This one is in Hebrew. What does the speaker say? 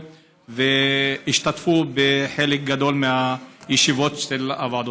והשתתפו בחלק גדול מהישיבות של הוועדות.